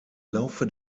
laufe